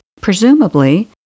presumably